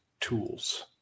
tools